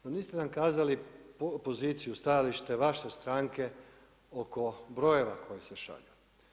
No niste nam kazali poziciju, stajalište vaše stranke oko brojeva koji se šalju.